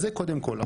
אז זה קודם כל.